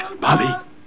Bobby